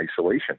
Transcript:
isolation